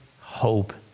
hope